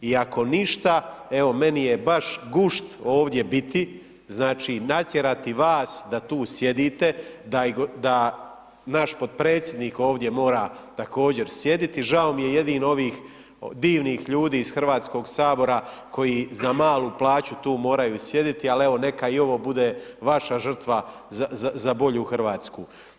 I ako ništa, evo meni je baš gušt ovdje biti, znači, natjerati vas da tu sjedite, da naš podpredsjednik ovdje mora također sjediti, žao mi je jedino ovih divnih ljudi iz HS koji za malu plaću tu moraju sjediti, al evo neka i ovo bude vaša žrtva za bolju RH.